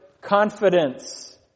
confidence